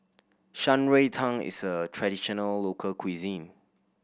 Shan Rui Tang is a traditional local cuisine